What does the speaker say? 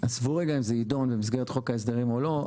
עזבו רגע אם זה יידון במסגרת חוק ההסדרים או לא.